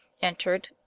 entered